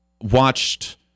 watched